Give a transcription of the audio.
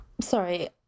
Sorry